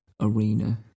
arena